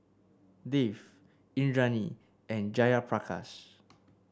Dev Indranee and Jayaprakash